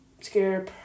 Scare